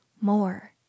more